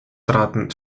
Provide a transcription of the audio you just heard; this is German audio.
traten